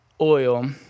oil